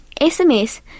SMS